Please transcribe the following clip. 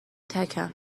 تکم